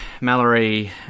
Mallory